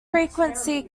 frequency